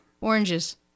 Oranges